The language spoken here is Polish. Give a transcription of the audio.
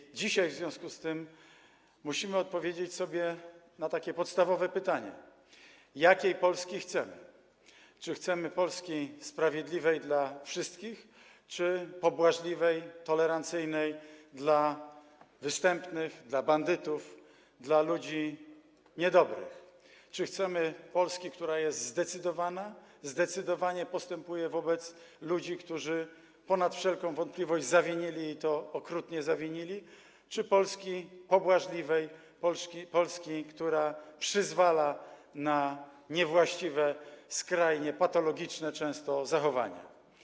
I dzisiaj w związku z tym musimy odpowiedzieć sobie na podstawowe pytanie, jakiej Polski chcemy - czy chcemy Polski sprawiedliwej dla wszystkich, czy pobłażliwej, tolerancyjnej dla występnych, dla bandytów, dla ludzi niedobrych, czy chcemy Polski, która jest zdecydowana, zdecydowanie postępuje wobec ludzi, którzy ponad wszelką wątpliwość zawinili, i to okrutnie zawinili, czy Polski pobłażliwej, Polski, która przyzwala na niewłaściwe, skrajnie patologiczne często zachowania.